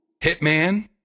Hitman